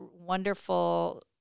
wonderful